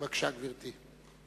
בבקשה, גברתי.